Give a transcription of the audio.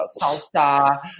salsa